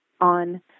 on